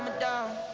down,